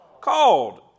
called